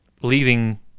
leaving